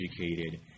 educated